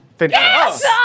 Yes